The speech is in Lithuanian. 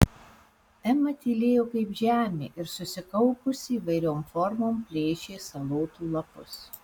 ema tylėjo kaip žemė ir susikaupusi įvairiom formom plėšė salotų lapus